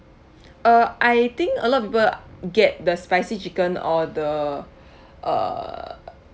uh I think a lot of people get the spicy chicken or the uh